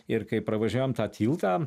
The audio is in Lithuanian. ir kaip pravažiuojam tą tiltą